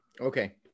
okay